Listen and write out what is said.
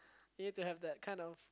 if to have that kind of